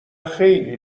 خیلی